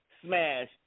smash